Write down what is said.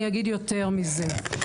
אני אגיד יותר מזה,